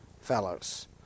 fellows